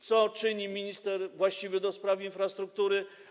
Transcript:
Co czyni minister właściwy do spraw infrastruktury?